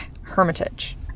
Hermitage